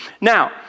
Now